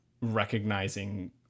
recognizing